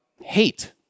hate